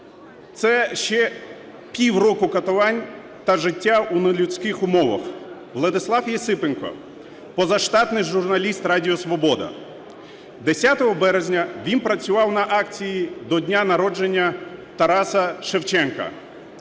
Це ще півроку катувань та життя в нелюдських умовах. Владислав Єсипенко - позаштатний журналіст "Радіо Свобода". 10 березня він працював на акції до дня народження Тараса Шевченка.